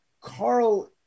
Carl